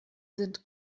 sind